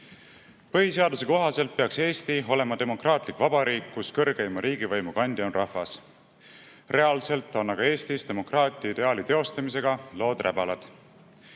Põhiseaduse kohaselt peaks Eesti olema demokraatlik vabariik, kus kõrgeima riigivõimu kandja on rahvas. Reaalselt on aga Eestis demokraatia ideaali teostamisega lood räbalad,